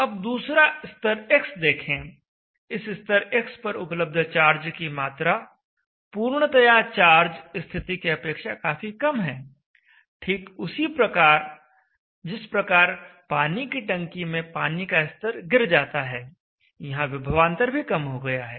अब दूसरा स्तर x देखें इस स्तर x पर उपलब्ध चार्ज की मात्रा पूर्णतया चार्ज स्थिति की अपेक्षा काफी कम है ठीक उसी प्रकार जिस प्रकार पानी की टंकी में पानी का स्तर गिर जाता है यहां विभवांतर भी कम हो गया है